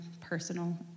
personal